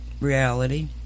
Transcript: reality